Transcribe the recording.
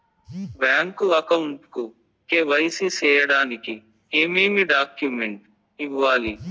Bank account కు KYC సేయడానికి ఏమేమి డాక్యుమెంట్ ఇవ్వాలి?